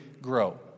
grow